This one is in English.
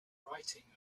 writing